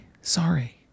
sorry